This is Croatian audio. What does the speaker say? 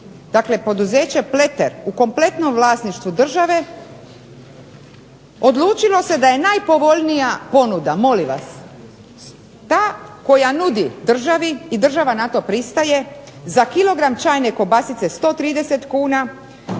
dakle poduzeće Pleter u kompletnom vlasništvu države odlučilo se da je najpovoljnija ponuda, molim vas, ta koja nudi državi i država na to pristaje za kilogram čajne kobasice 130 kn,